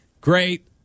Great